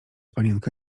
panienka